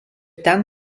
ten